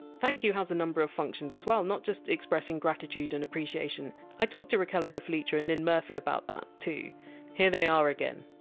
thank you! has a number of functions as well, not just expressing gratitude and appreciation. i talked to rachele de felice and lynne murphy about that, too here they are again!